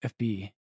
FB